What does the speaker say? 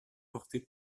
portées